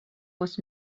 was